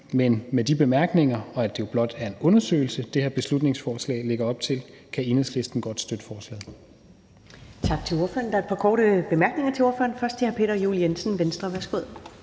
Men med de bemærkninger, og fordi det jo blot handler om en undersøgelse, som det her beslutningsforslag lægger op til, kan Enhedslisten godt støtte forslaget.